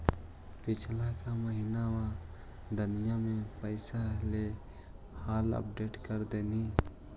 पिछला का महिना दमाहि में पैसा ऐले हाल अपडेट कर देहुन?